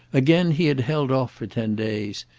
again he had held off for ten days,